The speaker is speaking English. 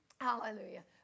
Hallelujah